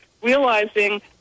Realizing